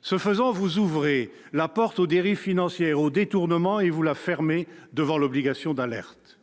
Ce faisant, vous ouvrez la porte aux dérives financières et aux détournements et vous la fermez devant l'obligation d'alerte.